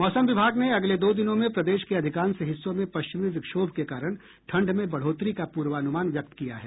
मौसम विभाग ने अगले दो दिनों में प्रदेश के अधिकांश हिस्सों में पश्चिमी विक्षोभ के कारण ठंड में बढ़ोतरी का पूर्वानुमान व्यक्त किया है